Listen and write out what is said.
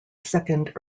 second